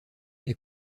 est